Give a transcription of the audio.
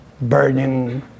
burning